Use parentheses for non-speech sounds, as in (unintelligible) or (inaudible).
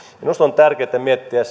minusta on tärkeää miettiä (unintelligible)